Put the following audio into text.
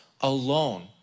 alone